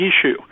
issue